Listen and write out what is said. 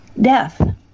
death